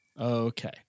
Okay